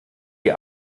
die